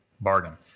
bargain